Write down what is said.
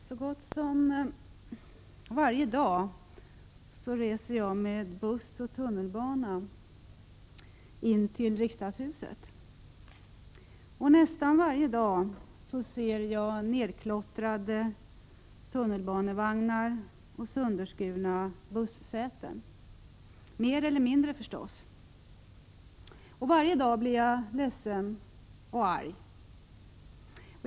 Herr talman! Så gott som varje dag reser jag med buss och tunnelbana in till riksdagshuset. Nästan varje dag ser jag mer eller mindre nerklottrade tunnelbanevagnar och sönderskurna bussäten. Och varje dag blir jag ledsen och arg.